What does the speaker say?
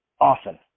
often